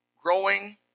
growing